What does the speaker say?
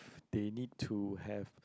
they need to have